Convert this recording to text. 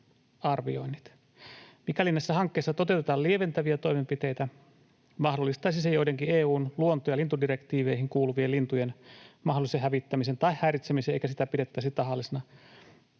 Mikäli näissä hankkeissa toteutetaan lieventäviä toimenpiteitä, mahdollistaisi se joidenkin EU:n luonto- ja lintudirektiiveihin kuuluvien lintujen mahdollisen hävittämisen tai häiritsemisen eikä sitä pidettäisi tahallisena.